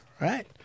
Right